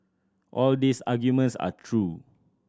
all these arguments are true